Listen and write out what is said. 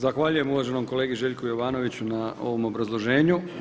Zahvaljujem uvaženom kolegi Željku Jovanoviću na ovom obrazloženju.